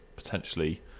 Potentially